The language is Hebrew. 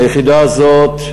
היחידה הזאת,